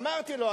אמרתי לו,